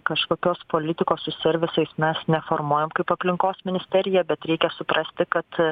kažkokios politikos su servisais mes neformuojam kaip aplinkos ministerija bet reikia suprasti kad